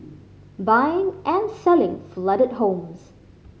buying and selling flooded homes